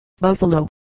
Buffalo